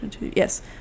Yes